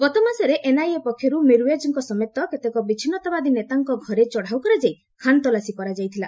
ଗତମାସରେ ଏନ୍ଆଇଏ ପକ୍ଷରୁ ମିର୍ୱେଜ୍ଙ୍କ ସମେତ କେତେକ ବିଚ୍ଛିନ୍ନତାବାଦୀ ନେତାଙ୍କ ଘରେ ଚଢ଼ାଉ କରାଯାଇ ଖାନ୍ତଲାସୀ କରାଯାଇଥିଲା